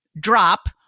drop